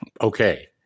Okay